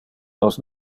nos